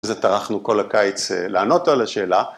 אז התארחנו כל הקיץ לענות על השאלה.